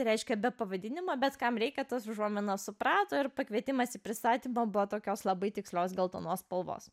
reiškia be pavadinimo bet kam reikia tas užuominas suprato ir pakvietimas į pristatymą buvo tokios labai tikslios geltonos spalvos